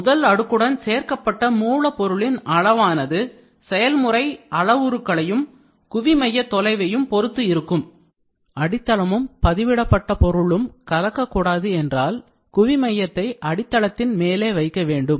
முதல் அடுக்குடன் சேர்க்கப்பட்ட மூலப்பொருளின் அளவானது செயல்முறை அளவுருகளையும் குவிமைய தொலைவையும் பொருத்து இருக்கும் அடித்தளமும் பதிவிடப்பட்ட பொருளும் கலக்கக்கூடாது என்றால் குவி மையத்தை அடித்தளத்தின் மேலே வைக்க வேண்டும்